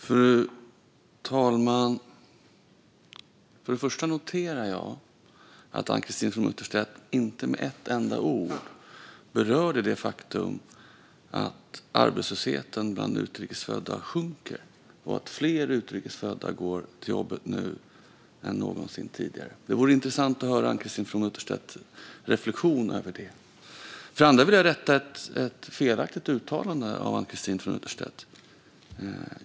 Fru talman! För det första noterar jag att Ann-Christine From Utterstedt inte med ett enda ord berörde det faktum att arbetslösheten bland utrikes födda sjunker och att fler utrikes födda går till jobbet nu än någonsin tidigare. Det vore intressant att höra Ann-Christine From Utterstedts reflektion över det. För det andra vill jag rätta ett felaktigt uttalande av Ann-Christine From Utterstedt.